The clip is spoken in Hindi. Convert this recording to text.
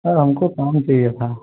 सर हमको काम चाहिए था